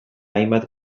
hainbat